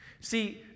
See